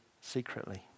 secretly